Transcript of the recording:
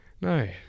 No